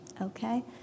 Okay